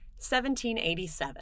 1787